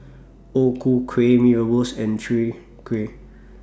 O Ku Kueh Mee Rebus and Chwee Kueh